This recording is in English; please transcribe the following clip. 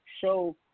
show